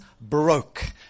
broke